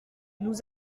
nous